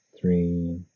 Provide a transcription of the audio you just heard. three